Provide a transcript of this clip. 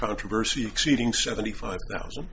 controversy exceeding seventy five thousand